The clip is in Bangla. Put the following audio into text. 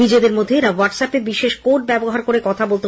নিজেদের মধ্যে তারা হোয়াটস অ্যাপে বিশেষ কোড ব্যবহার করে কথা বলত